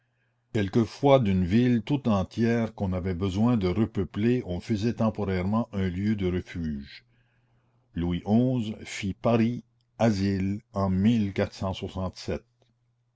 quelquefois d'une ville tout entière qu'on avait besoin de repeupler on faisait temporairement un lieu de refuge louis xi fit paris asile en